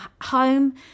home